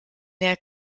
der